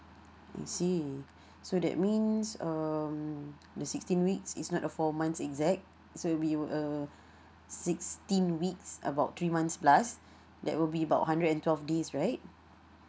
I see so that means um the sixteen weeks is not a four months exact so it will uh sixteen weeks about three months plus that will be about hundred and twelve days right